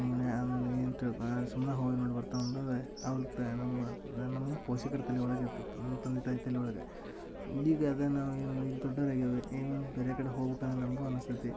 ಮುಣೆ ಅನ್ ಏನು ತಿಳ್ಕೊ ಸುಮ್ಮನೆ ಹೋಗಿ ನೋಡಿ ಬರ್ತಾವ ಅನ್ನುದೆ ಅವತ್ತು ನಮ್ಮ ನಮ್ಮ ಪೋಷಕರ ತಲೆ ಒಳಗೆ ಇರ್ತಿತ್ತು ನಮ್ಮ ತಂದೆ ತಾಯಿ ತಲೆ ಒಳಗೆ ಈಗ ಅದು ನಾವು ಏನು ಈಗ ದೊಡ್ಡವ್ರ ಆಗೇವಿ ಈಗ ನಾನು ಬೇರೆ ಕಡೆ ಹೋಗ್ಬಕಂದ್ರ ನಮಗೂ ಅನ್ನಿಸ್ತೈತಿ